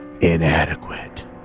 inadequate